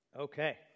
Okay